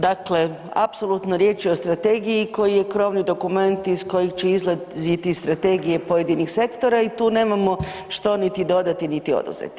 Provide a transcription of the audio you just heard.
Dakle apsolutno riječ je o strategiji koja je krovni dokument iz kojeg će izlaziti strategije pojedinih sektora i tu nemamo što niti dodati, niti oduzeti.